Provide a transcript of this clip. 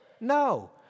No